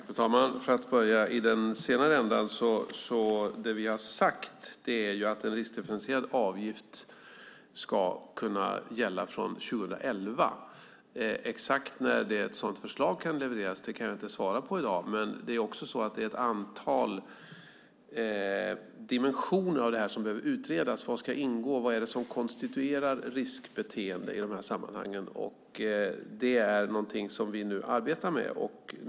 Fru talman! För att börja i den senare ändan har vi sagt att en riskdifferentierad avgift ska kunna gälla från 2011. Exakt när ett sådant förslag kan levereras kan jag inte svara på i dag. Det är också ett antal dimensioner av det här som behöver utredas. Vad ska ingå? Vad är det som konstituerar riskbeteende i de här sammanhangen? Det är något som vi nu arbetar med.